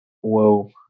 Whoa